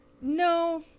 No